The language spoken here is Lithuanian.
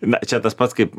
na čia tas pats kaip